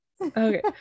Okay